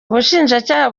ubushinjacyaha